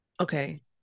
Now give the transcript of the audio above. okay